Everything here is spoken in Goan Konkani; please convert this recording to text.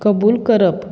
कबूल करप